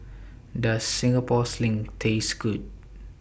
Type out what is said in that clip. Does Singapore Sling Taste Good